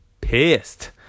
pissed